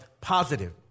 positive